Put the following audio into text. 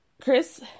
chris